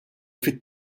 fit